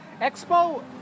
Expo